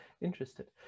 interested